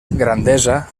grandesa